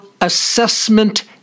assessment